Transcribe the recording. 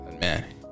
Man